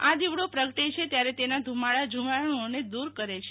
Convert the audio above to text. આ દીવડો પ્રગટે છે ત્યારે તેના ધુમાડા જીવાણુઓને દૂર કરે છે